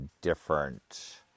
different